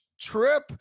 trip